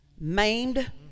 maimed